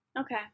Okay